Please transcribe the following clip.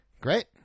Great